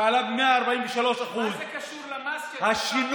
שעלה ב-143% מה זה קשור למס על החד-פעמי?